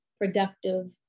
productive